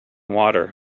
water